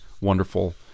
wonderful